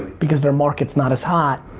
because their market is not as hot,